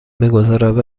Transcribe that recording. میگذارد